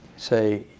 say,